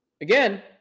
Again